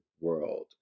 world